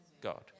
God